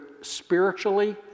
spiritually